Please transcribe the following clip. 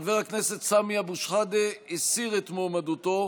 חבר הכנסת סמי אבו שחאדה הסיר את מועמדותו,